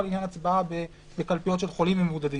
לעניין הצבעה בקלפיות של חולים מבודדים.